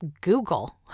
Google